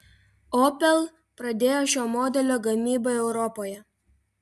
opel pradėjo šio modelio gamybą europoje